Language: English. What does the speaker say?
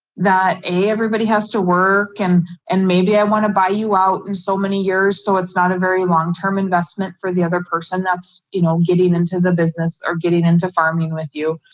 that everybody has to work and and maybe i wanna buy you out and so many years so it's not a very long term investment for the other person that's you know getting into the business or getting into farming with you.